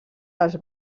dels